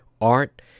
art